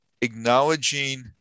acknowledging